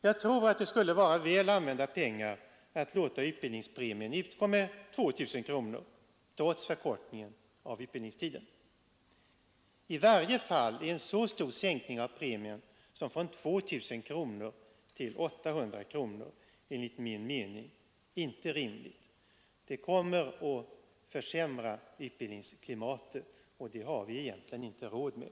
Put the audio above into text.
Jag tror att det skulle vara väl använda pengar att låta utbildningspremien utgå med 2 025 kronor trots förkortningen av utbildningstiden. I varje fall är en så stor sänkning av premien som från ca 2000 kronor till ca 800 kronor enligt min mening inte rimlig. Den kommer att försämra utbildningsklimatet, och det har vi egentligen inte råd med